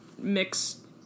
Mix